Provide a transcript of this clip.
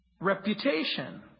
reputation